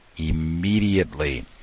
Immediately